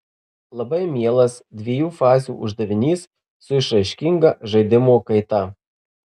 labai mielas dviejų fazių uždavinys su išraiškinga žaidimo kaita